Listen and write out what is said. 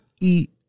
eat